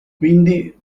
quindi